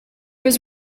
was